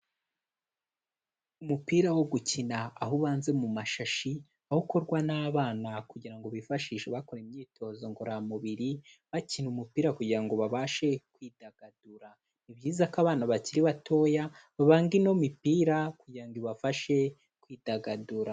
Umupira wo gukina aho ubanze mu mashashi, aho ukorwa n'abana kugira ngo bifashishe bakore imyitozo ngororamubiri, bakina umupira kugira ngo babashe kwidagadura. Ni byiza ko abana bakiri batoya babanga ino mipira kugira ngo ibafashe kwidagadura.